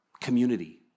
community